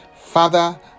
father